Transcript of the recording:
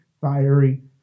fiery